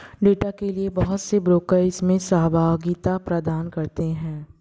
data के लिये बहुत से ब्रोकर इसमें सहभागिता प्रदान करते हैं